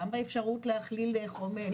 גם באפשרות להכליל חומר,